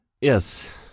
Yes